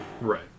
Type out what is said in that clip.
Right